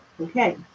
Okay